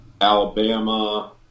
Alabama